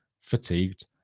fatigued